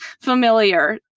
familiar